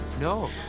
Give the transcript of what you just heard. No